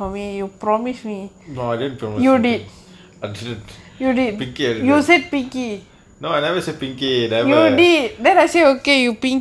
no I didn't promise then accident picky I didn't no I never say pinky